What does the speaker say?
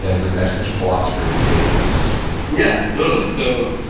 yeah he's like an existential philosopher, and he's eight yeah. totally. so,